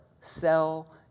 sell